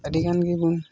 ᱟᱹᱰᱤᱜᱟᱱ ᱜᱮᱵᱚᱱ